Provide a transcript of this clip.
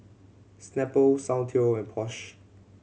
Snapple Soundteoh and Porsche